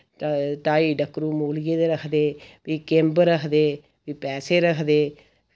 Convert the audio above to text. ढाई डक्करू मूलियै दे रखदे फ्ही किम्ब रखदे फ्ही पैसे रखदे